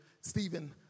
Stephen